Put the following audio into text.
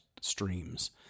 streams